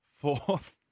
Fourth